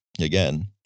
again